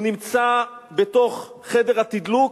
הוא נמצא בתוך חדר התדלוק,